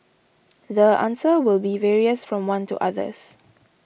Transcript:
the answer will be various from one to others